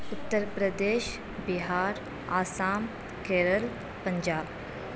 Uttar Pradesh Bihar Assam Kerala Punjab